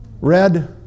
Red